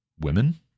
women